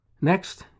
Next